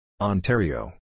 Ontario